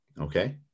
Okay